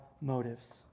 motives